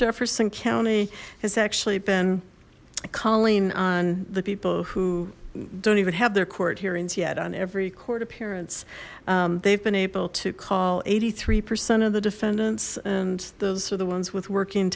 jefferson county has actually been calling on the people who don't even have their court hearings yet on every court appearance they've been able to call eighty three percent of the defendants and those are the ones with working